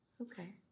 Okay